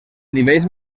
nivells